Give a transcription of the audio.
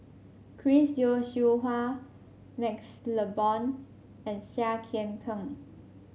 Chris Yeo Siew Hua MaxLe Blond and Seah Kian Peng